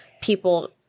people